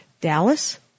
Dallas